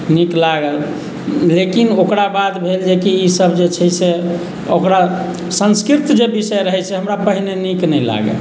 नीक लागल लेकिन ओकरा बाद भेल जेकि ई सभ जे छै से ओकरा संस्कृत जे विषय रहै से हमरा पहिने नीक नहि लागय